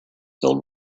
filled